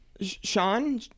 sean